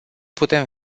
putem